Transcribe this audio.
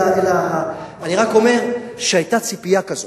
אלא אני רק אומר שהיתה ציפייה כזאת.